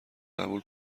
قبول